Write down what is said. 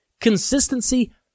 consistency